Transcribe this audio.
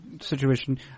situation